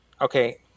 Okay